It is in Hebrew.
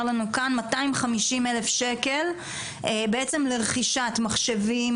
לנו כאן 250 אלף שקל לרכישת מחשבים,